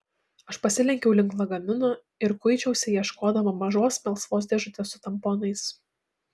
aš pasilenkiau link lagamino ir kuičiausi ieškodama mažos melsvos dėžutės su tamponais